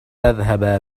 تذهب